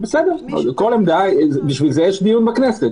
בסדר, בשביל זה יש דיון בכנסת.